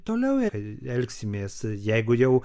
toliau elgsimės jeigu jau